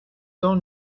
donc